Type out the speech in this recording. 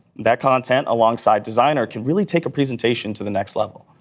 that content alongside designer can really take a presentation to the next level.